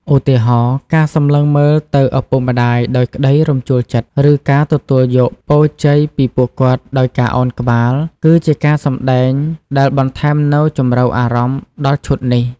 ឧទាហរណ៍ ការសម្លឹងមើលទៅឪពុកម្តាយដោយក្តីរំជួលចិត្ត ឬការទទួលយកពរជ័យពីពួកគាត់ដោយការឱនក្បាល គឺជាការសម្ដែងដែលបន្ថែមនូវជម្រៅអារម្មណ៍ដល់ឈុតនេះ។